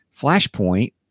Flashpoint